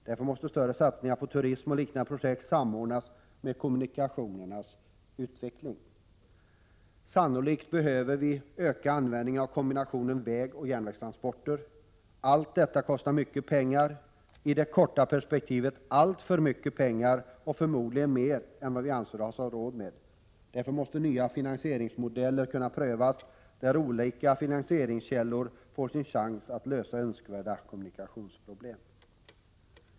Därför måste större satsningar på turism och liknande projekt samordnas med kommunikationernas utveckling. Sannolikt behöver vi öka användningen av kombinationen vägoch järnvägstransporter. Allt detta kostar mycket pengar — i det korta perspektivet alltför mycket pengar och förmodligen mer än vad vi anser oss ha råd med. Därför måste nya finansieringsmodeller kunna prövas och olika finansieringskällor få sin chans att på ett önskvärt sätt lösa olika kommunikationsproblem.